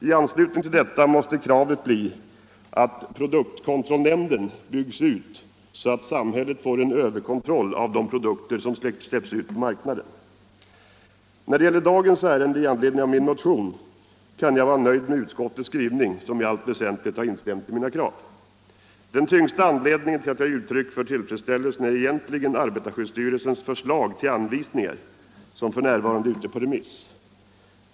I anslutning härtill måste kravet bli att produktkontrollnämnden byggs ut så att samhället får en överkontroll av de produkter som släpps ut på marknaden. När det gäller dagens ärende i anledning av motionen av herr Olsson i Edane och mig kan jag vara nöjd med utskottets skrivning, som i allt väsentligt har instämt i mina krav. Den tyngsta anledningen till att jag ger uttryck för tillfredsställelse är egentligen arbetarskyddsstyrelsens förslag till anvisningar, som f.n. är ute på remiss.